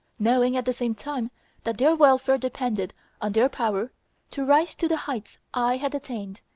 knowing at the same time that their welfare depended on their power to rise to the heights i had attained,